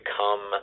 come